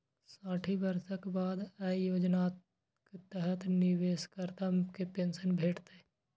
साठि वर्षक बाद अय योजनाक तहत निवेशकर्ता कें पेंशन भेटतै